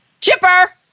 Chipper